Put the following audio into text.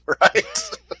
right